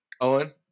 Owen